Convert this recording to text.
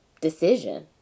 decision